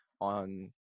on